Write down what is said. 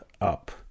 up